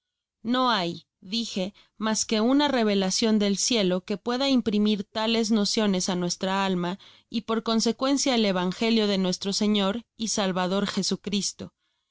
no hay dije mas que uñare velacion del cielo que pueda imprimir tales nociones á nuestra alma y por consecuencia el evangelio de nuestro señor y salvador jesucristo